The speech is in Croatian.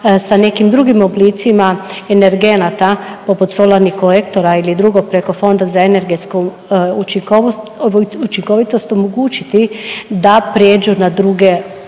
sa nekim drugim oblicima energenata, poput solarnih kolektora ili drugo preko Fonda za energetsku učinkovitost omogućiti da prijeđu na druge oblike